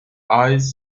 eyes